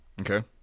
okay